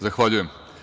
Zahvaljujem.